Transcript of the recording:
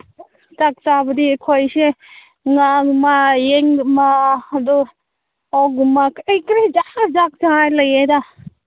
ꯆꯥꯛ ꯆꯥꯕꯗꯤ ꯑꯩꯈꯣꯏꯁꯦ ꯉꯥꯒꯨꯝꯕ ꯌꯦꯟꯒꯨꯝꯕ ꯑꯗꯣ ꯑꯣꯛꯀꯨꯝꯕ ꯀꯔꯤ ꯀꯔꯤ ꯖꯥꯠ ꯖꯥꯠ ꯂꯩꯌꯦꯗ